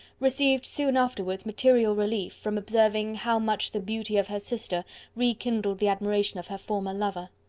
received soon afterwards material relief, from observing how much the beauty of her sister re-kindled the admiration of her former lover.